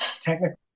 technical